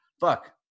Fuck